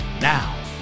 Now